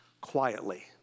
quietly